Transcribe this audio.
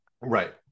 Right